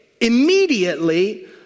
immediately